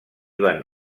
van